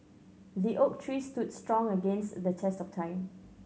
the oak tree stood strong against the test of time